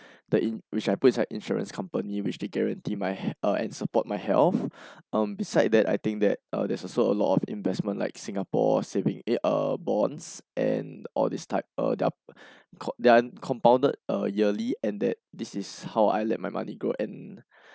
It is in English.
the in which I put inside insurance company which they guarantee my uh and support my health beside that I think that uh there's also a lot of investment like singapore savings eh bonds and all this type uh they're they're compounded uh yearly and that this is how I let my money grow and